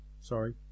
Sorry